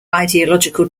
ideological